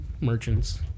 merchants